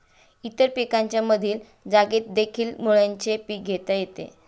इतर पिकांच्या मधील जागेतदेखील मुळ्याचे पीक घेता येते